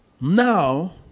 now